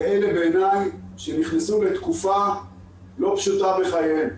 אלה בעיני שנכנסו לתקופה לא פשוטה בחייהם.